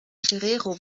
ferrero